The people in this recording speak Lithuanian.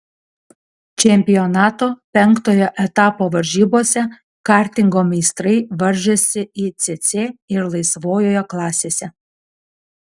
čempionato penktojo etapo varžybose kartingo meistrai varžėsi icc ir laisvojoje klasėse